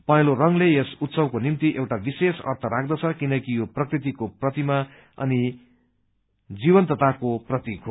पहेलो रंगले यस उत्सवको निम्ति एउटा विशेष अर्थ राख्दछ किनकि यो प्रकृतिको प्रतिमा अनि जीवन्तताको प्रतीक हो